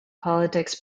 politics